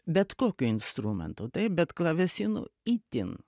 bet kokiu instrumentu taip bet klavesinu itin